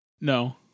No